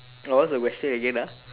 uh what's the question again ah